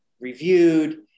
reviewed